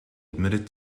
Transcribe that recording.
admitted